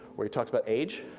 where he talks about age,